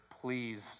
please